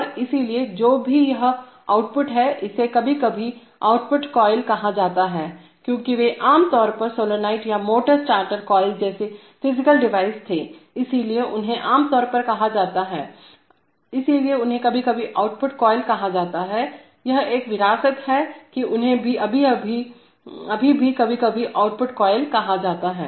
और इसलिएजो भी यह आउटपुट है इसे कभी कभी आउटपुट कॉइल कहा जाता है क्योंकि वे आमतौर पर सोलनॉइड या मोटर स्टार्टर कॉइल जैसे फिजिकल डिवाइस थे इसलिए उन्हें आमतौर पर कहा जाता है इसलिए उन्हें कभी कभी आउटपुट कॉइल कहा जाता है यह एक विरासत है कि उन्हें अभी भी कभी कभी आउटपुट कॉइल कहा जाता है